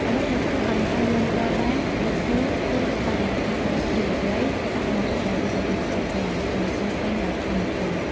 អ្វីដែលធ្វើឱ្យ ហាយឡែនឌឺ បារ (Highlander Bar) លេចធ្លោ គឺបរិយាកាសបែបយុវវ័យ សកម្មភាពដ៏រស់រវើកជាច្រើន និងពោរពេញដោយថាមពល។